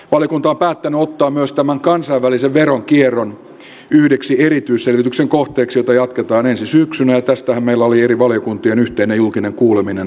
valiokunta on päättänyt ottaa myös tämän kansainvälisen veronkierron yhdeksi erityisselvityksen kohteeksi jota jatketaan ensi syksynä ja tästähän meillä oli eri valiokuntien yhteinen julkinen kuuleminen toukokuussa